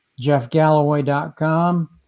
jeffgalloway.com